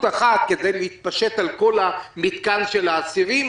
אחת כדי להתפשט על כל המתקן של האסירים.